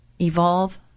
evolve